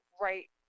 right